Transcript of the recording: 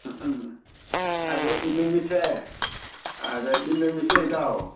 ꯑꯥ ꯑꯥ ꯑꯗꯨ ꯏꯗ ꯅꯨꯃꯤꯠꯁꯦ ꯑꯗ ꯏꯗ ꯅꯨꯃꯤꯠꯁꯦ ꯏꯇꯥꯎ